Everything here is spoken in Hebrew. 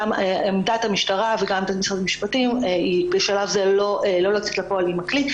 עמדת המשטרה וגם עמדת משרד המשפטים בשלב זה היא לא לצאת לפועל עם הכלי.